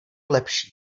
lepší